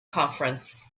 conference